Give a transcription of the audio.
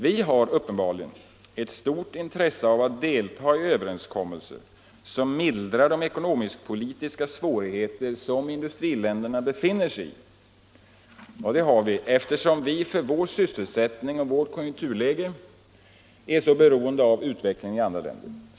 Vi har uppenbarligen ett stort intresse av att delta i överenskommelser som mildrar de ekonomisk-politiska svårigheter som industriländerna befinner sig i, eftersom vi för vår sysselsättning och vårt konjunkturläge är så beroende av utvecklingen i andra länder.